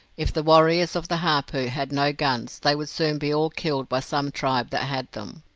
if the warriors of the hapu had no guns they would soon be all killed by some tribe that had them.